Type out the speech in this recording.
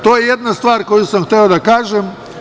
To je jedna stvar koju sam hteo da kažem.